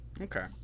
Okay